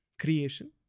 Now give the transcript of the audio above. creation